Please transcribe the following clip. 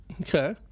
Okay